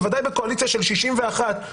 בוודאי בקואליציה של 61,